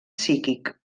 psíquic